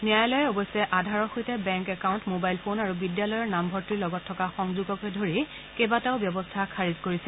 ন্যায়ালয়ে অৱশ্যে আধাৰৰ সৈতে বেংক একাউণ্ট মোবাইল ফোন আৰু বিদ্যালয়ৰ নামভৰ্তিৰ লগত থকা সংযোগকে ধৰি কেইবাটাও ব্যৱস্থা খাৰিজ কৰিছে